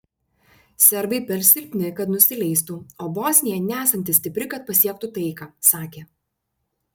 serbai per silpni kad nusileistų o bosnija nesanti stipri kad pasiektų taiką sakė